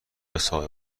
صاحب